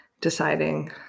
deciding